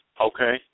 Okay